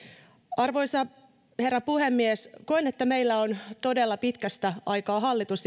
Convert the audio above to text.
arvoisa herra puhemies koen että meillä on todella pitkästä aikaa hallitus